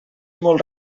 molt